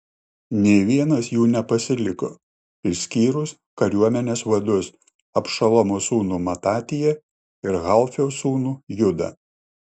nė vienas jų nepasiliko išskyrus kariuomenės vadus abšalomo sūnų matatiją ir halfio sūnų judą